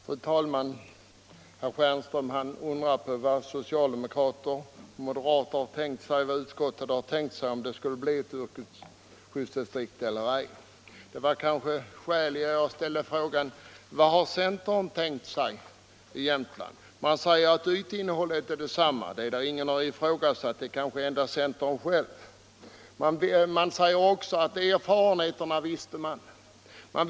Fru talman! Herr Stjernström undrar vad socialdemokraterna och moderaterna har tänkt sig och vad utskottet har tänkt sig - om Jämtlands län får något eget yrkesinspektionsdistrikt eller ej. Det är kanske mer motiverat att ställa frågan: Vad har egentligen centern tänkt sig? Man säger från centerns sida att ytinnehållet i Jämtlands län är detsamma som tidigare. Ja, det har ingen ifrågasatt. Man säger också att man känner till de erfarenheter som vunnits av den nuvarande organisationen.